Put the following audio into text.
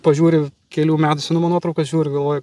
pažiūri kelių metų senumo nuotraukas žiūri galvoji